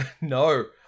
No